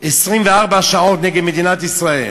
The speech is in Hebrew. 24 שעות, נגד מדינת ישראל.